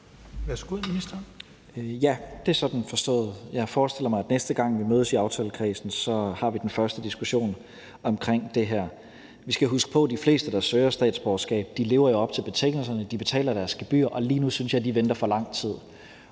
Ja, det er sådan, det skal forstås. Jeg forestiller mig, at næste gang vi mødes i aftalekredsen, tager vi den første diskussion omkring det her. Vi skal huske på, at de fleste, der søger om statsborgerskab, lever op til betingelserne, de betaler deres gebyrer, og jeg synes, at de lige nu venter for lang tid.